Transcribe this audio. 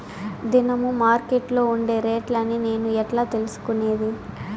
దినము మార్కెట్లో ఉండే రేట్లని నేను ఎట్లా తెలుసుకునేది?